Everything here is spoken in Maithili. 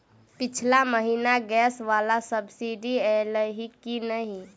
पिछला महीना गैस वला सब्सिडी ऐलई की नहि?